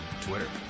Twitter